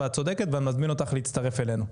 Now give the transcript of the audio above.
ואת צודקת ואני מזמין אותך להצטרף אלינו.